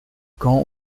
quand